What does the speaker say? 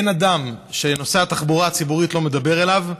אין אדם שנושא התחבורה הציבורית לא מדבר אליו,